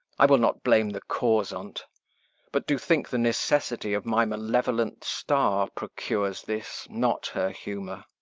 i will not blame the cause on t but do think the necessity of my malevolent star procures this, not her humour.